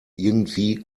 irgendwie